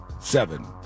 Seven